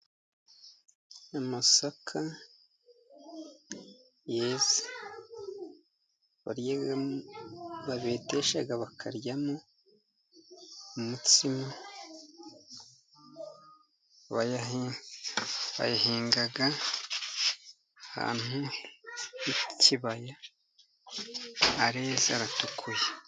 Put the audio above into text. Amasaka yeze babetesha bakaryamo umutsima, bayahinga ahantu h'ikibaya areze aratukuye.